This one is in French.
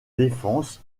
défense